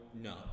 no